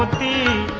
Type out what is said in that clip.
the